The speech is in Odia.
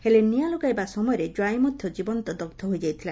ହେଲେ ନିଆଁ ଲଗାଇବା ସମୟରେ କ୍ୱାଇଁ ମଧ୍ଧ ଜୀବନ୍ତ ଦଗ୍ ହୋଇଯାଇଥିଲା